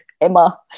Emma